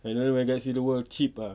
and then when I see the world cheap ah